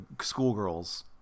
schoolgirls